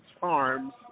Farms